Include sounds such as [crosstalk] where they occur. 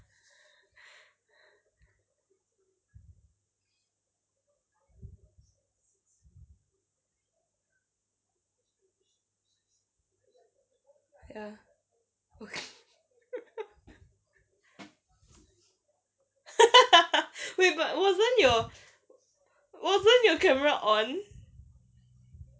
[laughs] wait but wasn't your wasn't your camera on